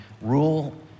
rule